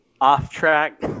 off-track